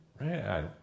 Right